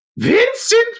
Vincent